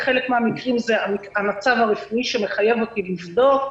בחלק מן המקרים זה המצב הרפואי שמחייב אותי לבדוק,